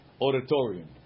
auditorium